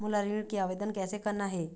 मोला ऋण के आवेदन कैसे करना हे?